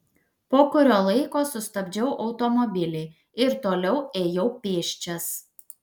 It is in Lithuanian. po kurio laiko sustabdžiau automobilį ir toliau ėjau pėsčias